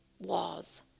laws